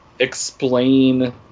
explain